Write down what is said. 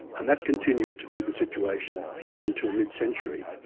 and that continued to be the situation until mid-century.